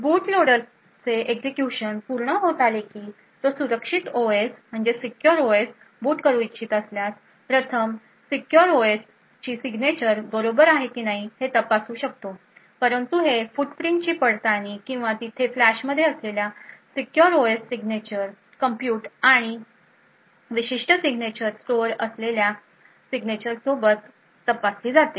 बूट लोडरचे एक्झिक्युशन पूर्ण होत आले की आणि तो सुरक्षित ओएस बूट करू इच्छित असल्यास प्रथम सुरक्षित ओएसची सिग्नेचर बरोबर आहे कि नाही हे तपासू शकतो परंतु हे फुटप्रिंटची पडताळणी किंवा तेथे फ्लॅश मध्ये असलेल्या सुरक्षित ओएसच्या सिग्नेचर कम्प्युट आणि ही विशिष्ट सिग्नेचर स्टोअर असलेल्या सिग्नेचर सोबत तपासली जाते